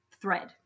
thread